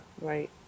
Right